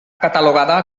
catalogada